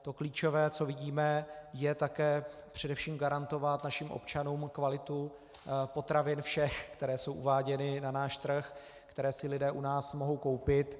To klíčové, co vidíme, je také především garantovat našim občanům kvalitu potravin všech, které jsou uváděny na náš trh, které si lidé u nás mohou koupit.